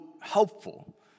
helpful